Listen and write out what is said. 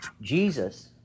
Jesus